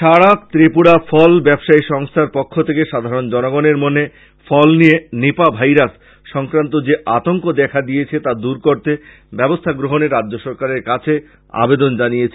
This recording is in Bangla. সারা ত্রিপুরা ফল ব্যবসায়ী সংস্থার পক্ষ থেকে সাধারন জনগনের মনে ফল নিয়ে ন্যাপা ভাইরাস সংক্রান্ত যে আতঙ্ক দেখা দিয়েছে তা দূর করতে ব্যবস্থা গ্রহনে রাজ্য সরকারের কাছে আবেদন জানিয়েছে